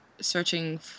searching